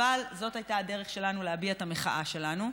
אבל זאת הייתה הדרך שלנו להביע את המחאה שלנו.